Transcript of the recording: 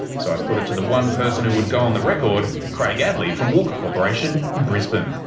so i put it to the one person who would go on the record, craig addley from walker corporation in brisbane.